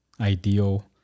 ideal